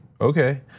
okay